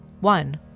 One